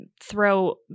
throw